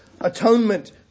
atonement